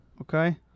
Okay